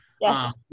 Yes